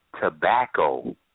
tobacco